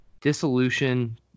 dissolution